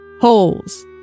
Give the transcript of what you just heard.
holes